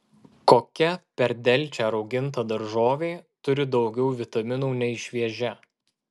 kokia per delčią rauginta daržovė turi daugiau vitaminų nei šviežia